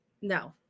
no